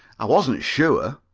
i wasn't sure,